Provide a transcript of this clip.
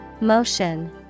Motion